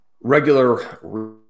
regular